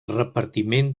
repartiment